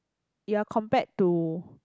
you're compared to